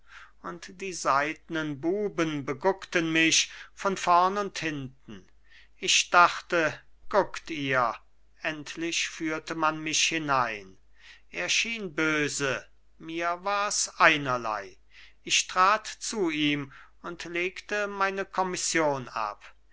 und die seidnen buben beguckten mich von vorn und hinten ich dachte guckt ihr endlich führte man mich hinein er schien böse mir war's einerlei ich trat zu ihm und legte meine kommission ab